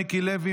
מיקי לוי,